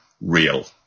real